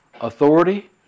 authority